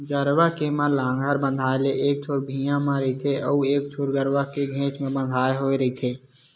गरूवा के म लांहगर बंधाय ले एक छोर भिंयाँ म रहिथे अउ एक छोर गरूवा के घेंच म बंधाय होय रहिथे